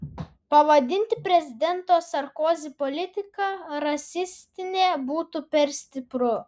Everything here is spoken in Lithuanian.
pavadinti prezidento sarkozi politiką rasistine būtų per stipru